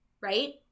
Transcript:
right